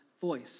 voice